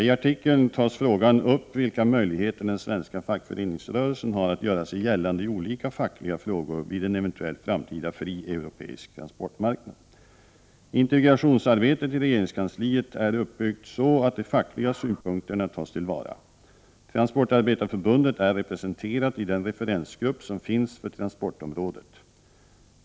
I artikeln tas frågan upp vilka möjligheter den svenska fackföreningsrörelsen har att göra sig gällande i olika fackliga frågor vid en eventuell framtida fri europeisk transportmarknad. Integrationsarbetet i regeringskansliet är uppbyggt så, att de fackliga synpunkterna tas till vara. Transportarbetareförbundet är representerat i den referensgrupp som finns för transportområdet.